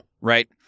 right